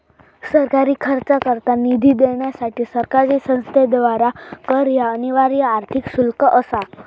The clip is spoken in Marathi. सरकारी खर्चाकरता निधी देण्यासाठी सरकारी संस्थेद्वारा कर ह्या अनिवार्य आर्थिक शुल्क असा